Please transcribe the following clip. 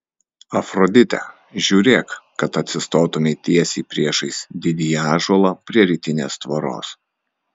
afrodite žiūrėk kad atsistotumei tiesiai priešais didįjį ąžuolą prie rytinės tvoros